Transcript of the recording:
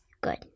good